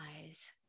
eyes